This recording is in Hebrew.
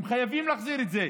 הם חייבים להחזיר את זה,